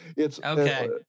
Okay